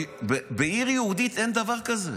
בעיר יהודית אין דבר כזה.